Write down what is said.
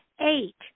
eight